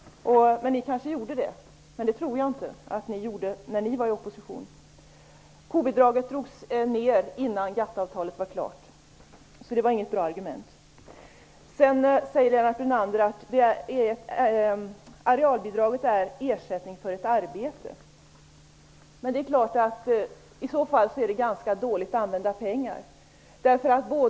Ni kanske gjorde det när ni var i opposition, men det tror jag inte Kobidraget drogs ned innan GATT-avtalet var klart. Det var inget bra argument. Lennart Brunander säger att arealbidraget är en ersättning för ett arbete. I så fall är det ganska dåligt använda pengar.